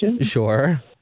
Sure